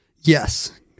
Yes